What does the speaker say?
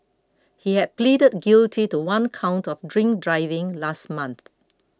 he had pleaded guilty to one count of drink driving last month